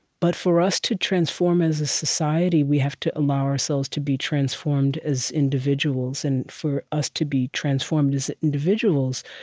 but for us to transform as a society, we have to allow ourselves to be transformed as individuals. and for us to be transformed as individuals,